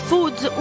Foods